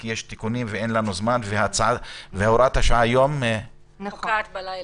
כי יש תיקונים ואין לנו זמן והוראת השעה פוקעת הלילה.